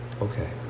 Okay